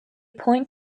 point